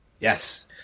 yes